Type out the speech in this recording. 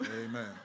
Amen